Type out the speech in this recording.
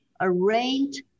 arranged